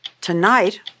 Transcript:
Tonight